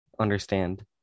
understand